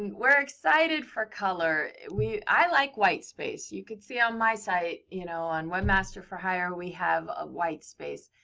we're excited for color. i like white space. you could see on my site you know on webmaster for hire, we have a white space.